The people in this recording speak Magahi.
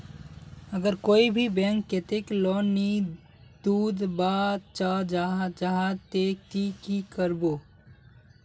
अगर कोई भी बैंक कतेक लोन नी दूध बा चाँ जाहा ते ती की करबो?